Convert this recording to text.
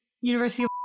University